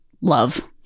love